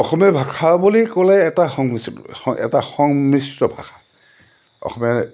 অসমীয়া ভাষা বুলি ক'লে এটা সংমি এটা সংমিশ্ৰত ভাষা অসমীয়া